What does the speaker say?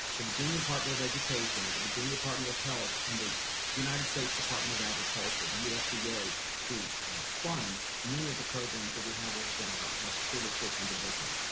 the virginia department of education, the virginia department of health and the united states department of agriculture, the usda, yeah who funds many of the programs that we have within our our school nutrition division.